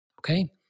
Okay